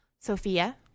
Sophia